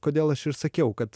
kodėl aš ir sakiau kad